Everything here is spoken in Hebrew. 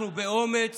אנחנו באומץ